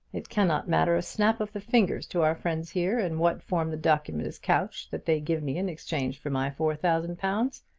it cannot matter a snap of the fingers to our friends here in what form the document is couched that they give me in exchange for my four thousand pounds.